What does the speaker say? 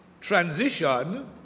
Transition